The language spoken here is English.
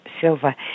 Silva